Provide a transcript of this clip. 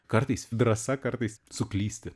kartais drąsa kartais suklysti